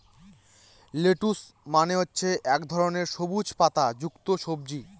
lettuce মানে হচ্ছে এক ধরনের সবুজ পাতা যুক্ত সবজি